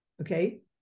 okay